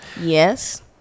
Yes